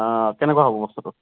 কেনেকুৱা হ'ব বস্তুটো